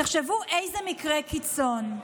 תחשבו איזה מקרה קיצון.